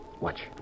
Watch